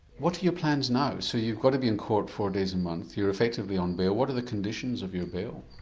what are your plans now, so you've got to be in court four days a month, you're effectively on bail, what are the conditions of your bail?